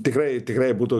tikrai tikrai būtų